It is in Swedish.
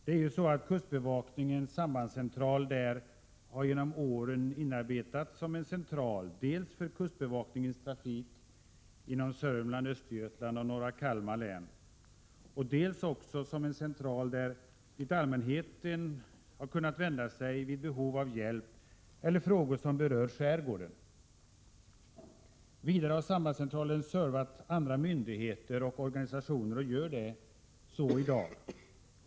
Det är ju så att kustbevakningens sambandscentral där genom åren har inarbetats dels som en central för kustbevakningens trafik genom Södermanland och Östergötland och norra Kalmar län, dels som en central dit allmänheten har kunnat vända sig vid behov av hjälp eller beträffande frågor som berör skärgården. Vidare har sambandscentralen servat andra myndigheter och organisationer, och gör så även i dag.